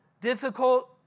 difficult